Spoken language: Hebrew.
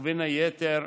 ובין היתר,